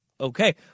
okay